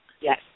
Yes